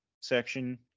section